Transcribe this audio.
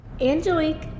Angelique